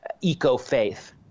eco-faith